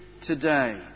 today